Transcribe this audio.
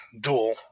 dual